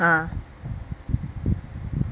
ah